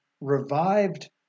revived